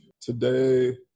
today